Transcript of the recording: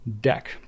deck